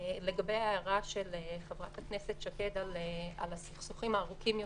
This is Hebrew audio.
לגבי ההערה של חברת הכנסת שקד על הסכסוכים הארוכים יותר,